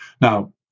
Now